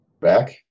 Back